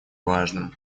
важным